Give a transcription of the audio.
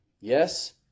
Yes